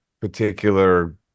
particular